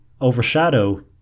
overshadow